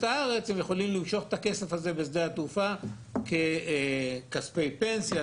הארץ הם יכולים למשוך את הכסף הזה בשדה התעופה ככספי פנסיה,